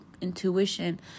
intuition